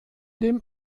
dem